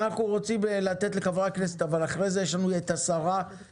אני רוצה לתת לחברי הכנסת את רשות הדיבור.